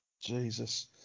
Jesus